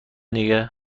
دیگه